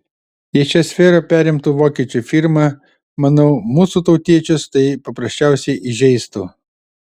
jei šią sferą perimtų vokiečių firma manau mūsų tautiečius tai paprasčiausiai įžeistų